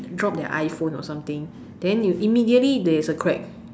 drop their iPhone or something then you immediately there is a crack